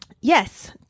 Yes